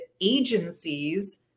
agencies